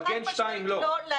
מגן 2, לא.